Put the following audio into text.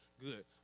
Good